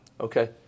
okay